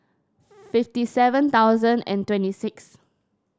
fifty seven thousand and twenty six